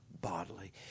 bodily